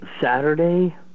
Saturday